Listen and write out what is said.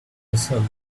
vessel